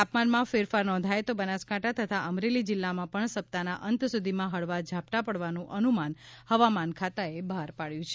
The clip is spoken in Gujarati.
તાપમાનમાં ફેરફાર નોંધાય તો બનાસકાંઠા તથા અમરેલી જિલ્લામાં પણ સપ્તાહના અંત સુધીમાં હળવા ઝાપટાં પડવાનું અનુમાન હવામાન ખાતાએ બહાર પાડ્યું છે